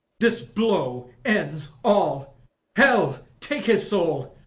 this blow ends all hell take his soul!